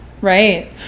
right